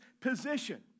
position